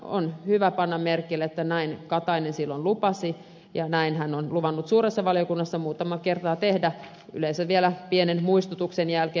on hyvä panna merkille että näin ministeri katainen silloin lupasi ja näin hän on luvannut suuressa valiokunnassa muutaman kerran yleensä vielä pienen muistutuksen jälkeen